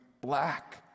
black